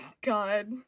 God